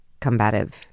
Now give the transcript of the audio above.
combative